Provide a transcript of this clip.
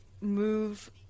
move